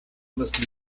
must